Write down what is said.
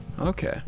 Okay